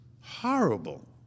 horrible